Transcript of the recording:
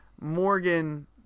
Morgan